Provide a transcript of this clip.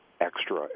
extra